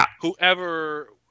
whoever